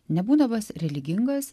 nebūdamas religingas